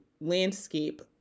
landscape